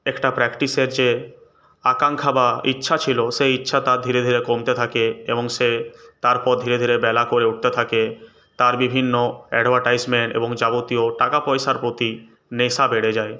একটা প্র্যাক্টিসের যে আকাঙ্খা বা ইচ্ছা ছিল সেই ইচ্ছা তার ধীরে ধীরে কমতে থাকে এবং সে তারপর ধীরে ধীরে বেলা করে উঠতে থাকে তার বিভিন্ন অ্যাডভারটাইসমেন্ট এবং যাবতীয় টাকা পয়সার প্রতি নেশা বেড়ে যায়